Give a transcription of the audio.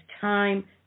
time